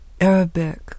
Arabic